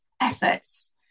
efforts